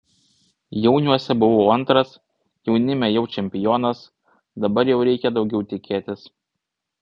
jauniuose buvau antras jaunime jau čempionas dabar jau reikia daugiau tikėtis